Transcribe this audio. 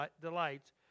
delights